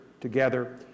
together